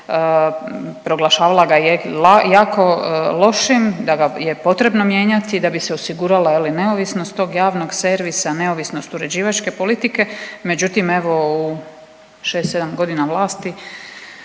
proglašavala ga je jako lošim, da ga je potrebno mijenjati da bi se osigurala je li neovisnost tog javnog servisa, neovisnost uređivačke politike, međutim evo u 6-7.g. vlasti